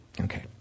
Okay